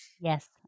Yes